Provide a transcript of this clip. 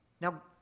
Now